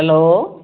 hello